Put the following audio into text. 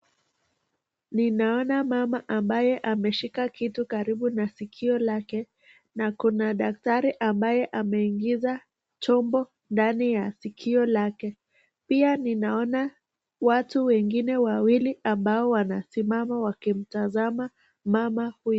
Ninaona mama ambaye ameshika kitu katika sikio lake, na ako na daktari ambaye ameingiza chombo ndani ya sikio lake, pia ninaona watu wengine wawili ambao wamesimama wakimtazama mama huyo.